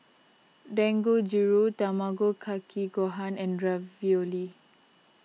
Dangojiru Tamago Kake Gohan and Ravioli